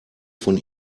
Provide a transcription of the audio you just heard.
von